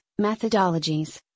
methodologies